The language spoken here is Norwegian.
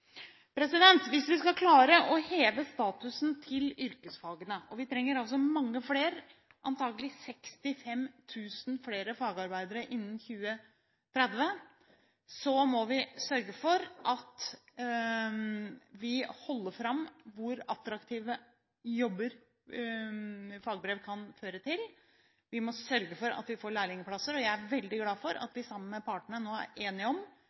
Hvis vi skal klare å heve statusen til yrkesfagene – vi trenger mange flere, antakelig 65 000 flere fagarbeidere innen 2030 – må vi sørge for at vi holder fram hvor attraktive jobber fagbrev kan føre til. Vi må sørge for at vi får lærlingplasser. Jeg er veldig glad for at vi sammen med partene nå er enige om